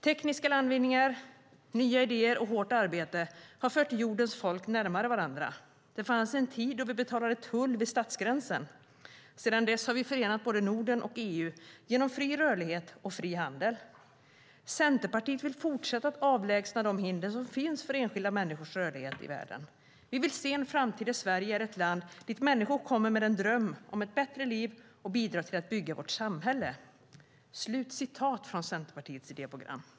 Tekniska landvinningar, nya idéer och hårt arbete har fört jordens folk närmare varandra. Det fanns en tid då vi betalade tull vid stadsgränsen. Sedan dess har vi förenat både Norden och EU genom fri rörlighet och fri handel. Centerpartiet vill fortsätta att avlägsna de hinder som finns för enskilda människors rörlighet i världen. Vi vill se en framtid där Sverige är ett land dit människor kommer med en dröm om ett bättre liv och bidrar till att bygga vårt samhälle." Det var ett citat från Centerpartiets idéprogram.